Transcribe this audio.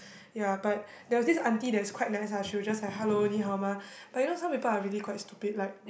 ya but there was this auntie that's quite nice ah she'll just like hello 你好吗 but you know some people are really quite stupid like